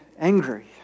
angry